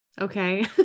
okay